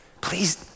Please